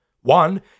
One